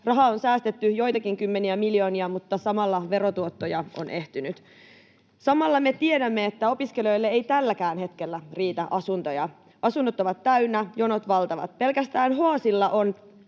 Rahaa on säästetty joitakin kymmeniä miljoonia, mutta samalla verotuottoja on ehtynyt. Samalla me tiedämme, että opiskelijoille ei tälläkään hetkellä riitä asuntoja. Asunnot ovat täynnä, jonot valtavat. Pelkästään Hoasilla on